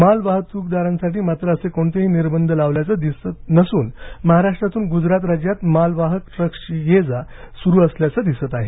मालवाहत्कदारांसाठी मात्र असे कोणतेही निर्बंध लावल्याचं दिसत नसून महाराष्ट्रातून गुजरात राज्यात मालवाहक ट्रक्सची येजा सुरू असल्याचं दिसत आहे